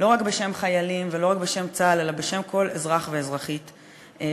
לא רק בשם חיילים ולא רק בשם צה"ל אלא בשם כל אזרח ואזרחית במדינה.